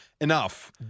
Enough